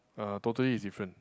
uh totally is different